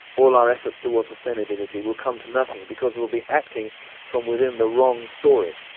all our efforts towards sustainability will come to nothing because we will be acting from within the wrong story,